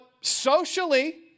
socially